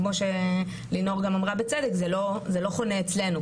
כמו שלינור גם אמרה בצדק - זה לא חונה אצלנו.